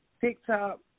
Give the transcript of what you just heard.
TikTok